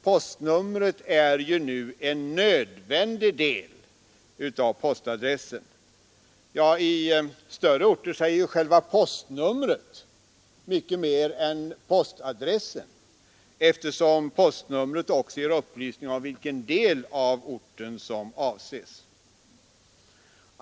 Postnumret är ju nu en nödvändig del av postadressen. Ja, i större orter säger själva postnumret mycket mer än postadressen, eftersom postnumret också ger upplysning om vilken del av orten som avses.